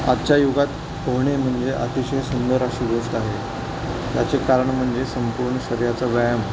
आजच्या युगात पोहणे म्हणजे अतिशय सुंदर अशी गोष्ट आहे त्याचे कारण म्हणजे संपूर्ण शरीराचा व्यायाम